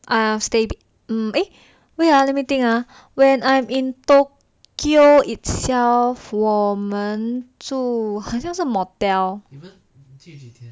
err stay with eh wait ah let me think ah when I'm in tokyo itself 我们住好像是 motel